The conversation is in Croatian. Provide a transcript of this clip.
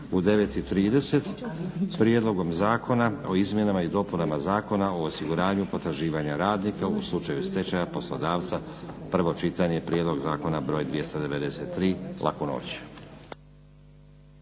u 9,30 Prijedlogom zakona o izmjenama i dopunama Zakona o osiguranju potraživanja radnika u slučaju stečaja poslodavca, prvo čitanje, P.Z. br. 293. Laku noć!